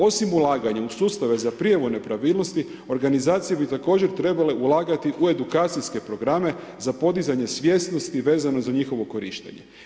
Osim ulaganja u sustave za prijavu nepravilnosti organizacije bi također trebale ulagati u edukacijske programe za podizanje svjesnosti vezano za njihovo korištenje.